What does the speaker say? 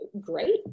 great